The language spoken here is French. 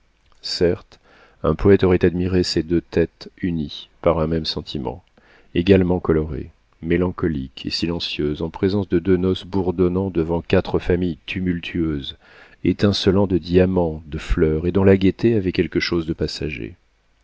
certes un poëte aurait admiré ces deux têtes unies par un même sentiment également colorées mélancoliques et silencieuses en présence de deux noces bourdonnant devant quatre familles tumultueuses étincelant de diamants de fleurs et dont la gaieté avait quelque chose de passager